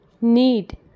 Need